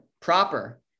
proper